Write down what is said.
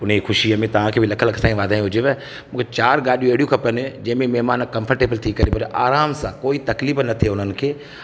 उन ई ख़ुशीअ में तव्हां खे बि साईं लख लख वाधायूं हुजेव मूंखे चार गाॾियूं अहिड़ियूं खपेव जंहिंमें महिमान कंफर्टेबल थी करे मुंहिंजा आराम सां कोई तकलीफ़ु न थिए उन्हनि खे